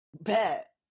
Bet